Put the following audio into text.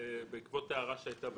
בעקבות הערה שהייתה בדיון,